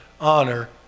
honor